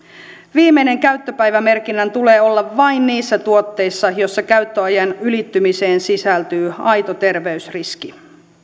viimeinen käyttöpäivä merkinnän tulee olla vain niissä tuotteissa joissa käyttöajan ylittymiseen sisältyy aito terveysriski